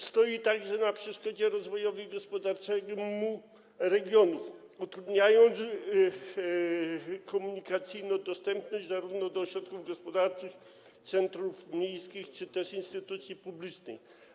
Stoi także na przeszkodzie rozwojowi gospodarczemu regionu, utrudniając komunikacyjną dostępność zarówno ośrodków gospodarczych, centrów miejskich, jak i instytucji publicznych.